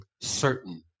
certain